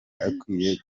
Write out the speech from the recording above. akwiye